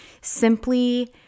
simply